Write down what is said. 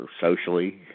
socially